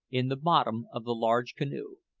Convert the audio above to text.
in the bottom of the large canoe.